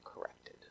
corrected